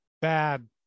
bad